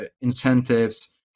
incentives